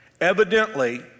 evidently